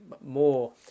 more